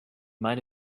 might